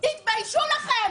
תתביישו לכם.